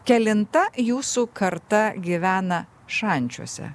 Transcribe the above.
kelinta jūsų karta gyvena šančiuose